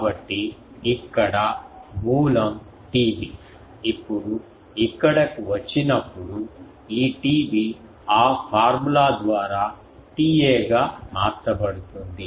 కాబట్టి ఇక్కడ మూలం TB ఇప్పుడు ఇక్కడకు వచ్చినప్పుడు ఈ TB ఆ ఫార్ములా ద్వారా TA గా మార్చబడుతుంది